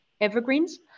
Evergreens